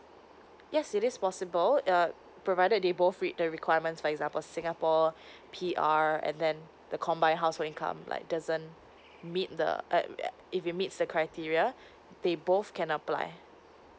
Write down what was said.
yes it is possible uh provided they both meet the requirements for example singapore uh P_R and then the combined household come like doesn't meet the add if you meet the criteria they both can apply